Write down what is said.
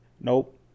Nope